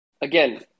again